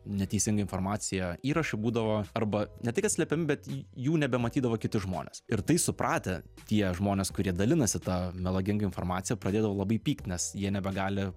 neteisinga informacija įrašai būdavo arba ne tai kad slepiami bet jei jų nebematydavo kiti žmonės ir tai supratę tie žmonės kurie dalinasi ta melaginga informacija pradėdavo labai pykt nes jie nebegali